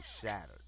shattered